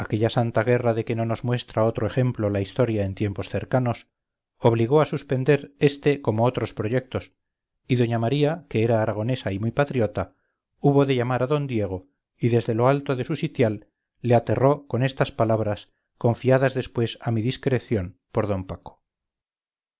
aquella santa guerra de que no nos muestra otro ejemplo la historia en tiempos cercanos obligó a suspender este como otros proyectos y doña maría que era aragonesa y muy patriota hubo de llamar a d diego y desde lo alto de su sitial le aterró con estas palabras confiadas después a mi discreción por d paco